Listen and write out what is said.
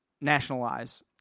nationalize